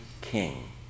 king